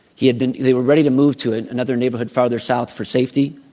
he had been they were ready to move to another neighborhood farther south for safety.